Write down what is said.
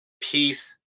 peace